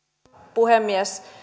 puhemies